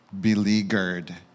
beleaguered